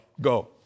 Go